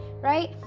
right